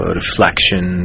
reflection